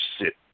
sit